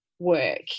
work